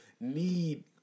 need